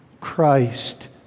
Christ